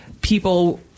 people